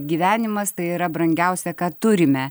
gyvenimas tai yra brangiausia ką turime